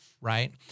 Right